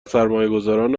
سرمایهگذاران